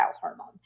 hormone